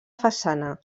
façana